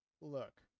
look